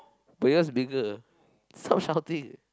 but yours bigger ah stop shouting